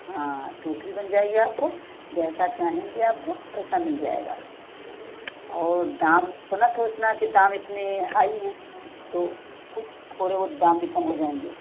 हाँ टोकरी बन जाएगी आपको जैसा चाहेंगे आपको वैसा मिल जाएगा और दाम तो ना सोचना कि दाम इतने हाई हैं तो कुछ थोड़े बहुत दाम भी कम हो जाएंगे